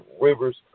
rivers